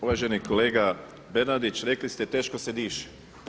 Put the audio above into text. Uvaženi kolega Bernardić, rekli ste teško se diše.